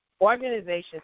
Organizations